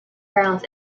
grounds